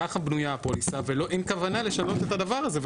ככה בנויה הפוליסה ואין כוונה לשנות את הדבר הזה.